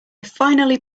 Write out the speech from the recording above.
finally